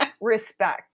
Respect